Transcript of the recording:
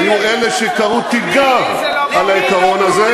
אדוני היושב-ראש,